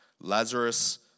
Lazarus